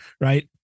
Right